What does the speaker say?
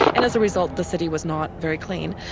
and as a result, the city was not very clean.